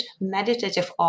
meditative